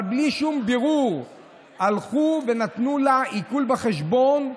אבל בלי שום בירור הלכו ונתנו לה עיקול בחשבון,